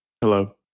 Hello